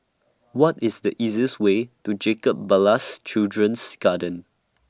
What IS The easiest Way to Jacob Ballas Children's Garden